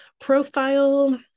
profile